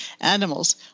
animals